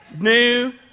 new